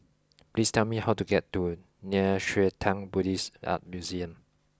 please tell me how to get to Nei Xue Tang Buddhist Art Museum